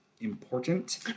important